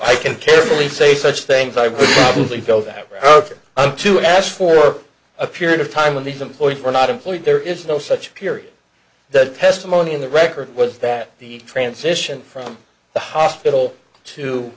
i can carefully say such things i would only go that route for them to ask for a period of time when these employees were not employed there is no such period that testimony in the record was that the transition from the hospital to